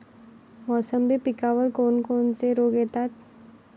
मोसंबी पिकावर कोन कोनचे रोग येतात?